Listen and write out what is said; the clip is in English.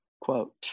quote